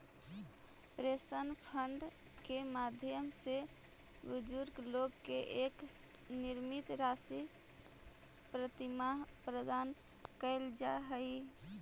pension fund के माध्यम से बुजुर्ग लोग के एक निश्चित राशि प्रतिमाह प्रदान कैल जा हई